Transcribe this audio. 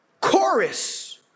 Chorus